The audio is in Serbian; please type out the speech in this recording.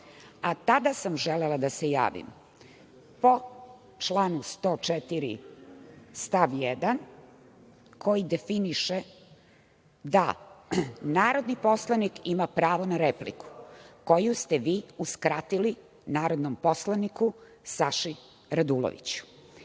a tada sam želela da se javim po članu 104. stav 1, koji definiše da narodni poslanik ima pravo na repliku, koju ste vi uskratili narodnom poslovniku Saši Raduloviću. Molim